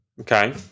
Okay